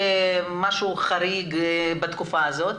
משהו חריג בתקופה הזאת,